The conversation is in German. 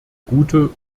gute